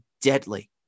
deadly